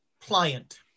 pliant